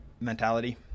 mentality